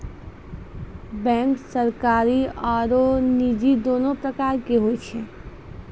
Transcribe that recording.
bank सरकारी आरो निजी दोनो प्रकार के होय छै